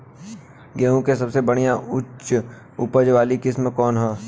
गेहूं में सबसे बढ़िया उच्च उपज वाली किस्म कौन ह?